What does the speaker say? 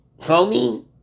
homie